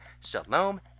Shalom